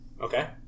Okay